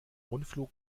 rundflug